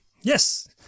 Yes